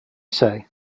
say